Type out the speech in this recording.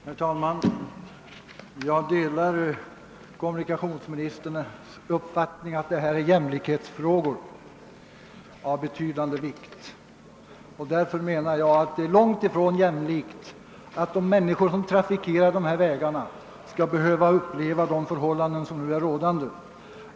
Herr talman! Jag delar kommunikationsministerns uppfattning att detta är en jämlikhetsfråga av betydande vikt. Jag anser det mellertid långtifrån jämlikt att de människor som trafikerar dessa vägar skall behöva uppleva sådana förhållanden som nu råder.